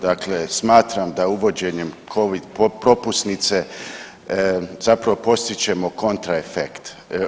Dakle, smatram da uvođenjem Covid propusnice zapravo postižemo kontraefekt.